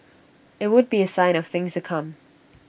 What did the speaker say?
IT would be A sign of things to come